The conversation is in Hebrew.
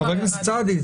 חבר הכנסת סעדי,